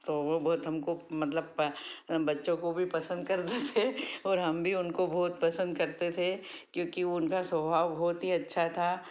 तो वो बहुत हमको मतलब प बच्चों को भी पसंद करते थे और हम भी उनको बहुत पसंद करते थे क्योंकि उनका स्वभाव बहुत ही अच्छा था